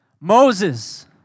Moses